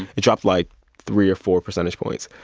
it dropped like three or four percentage points.